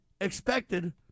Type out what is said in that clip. expected